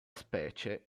specie